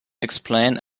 explain